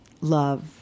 love